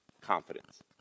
confidence